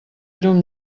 llum